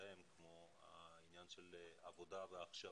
זו ההסתכלות.